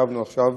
ישבנו בהן עכשיו: